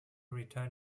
return